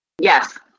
Yes